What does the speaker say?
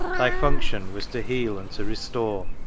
thy function was to heal and to restore.